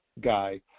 guy